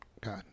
God